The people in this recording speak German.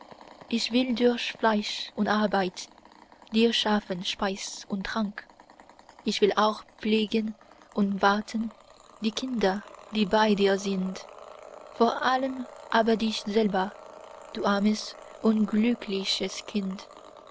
ich will durch fleiß und arbeit dir schaffen speis und trank ich will auch pflegen und warten die kinder die bei dir sind vor allem aber dich selber du armes unglückliches kind